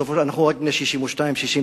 אנחנו רק בני 62 63,